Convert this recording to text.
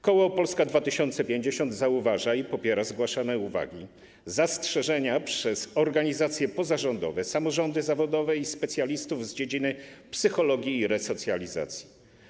Koło Polska 2050 zauważa i popiera zgłaszane uwagi, zastrzeżenia przez organizacje pozarządowe, samorządy zawodowe i specjalistów z dziedziny psychologii i resocjalizacji.